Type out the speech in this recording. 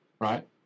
Right